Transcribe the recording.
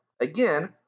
again